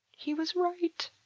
he was right.